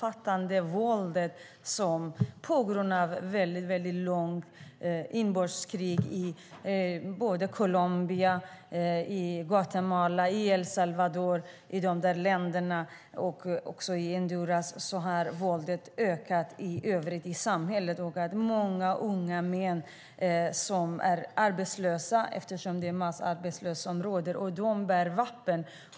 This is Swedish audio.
På grund av de långa inbördeskrigen i Colombia, Guatemala, El Salvador och Honduras har våldet ökat i samhället. Många unga män är arbetslösa på grund av massarbetslösheten och bär vapen.